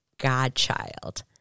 godchild